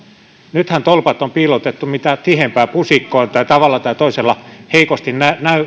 nythän tolpat on piilotettu mitä tiheimpään pusikkoon tai tavalla tai toisella heikosti